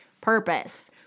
purpose